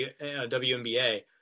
WNBA